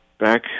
Back